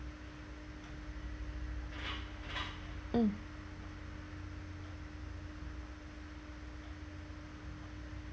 mm